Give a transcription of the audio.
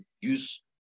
use